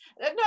no